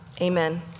Amen